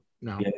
no